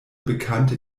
bekannte